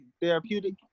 therapeutic